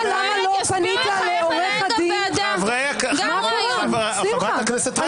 חברי הכנסת.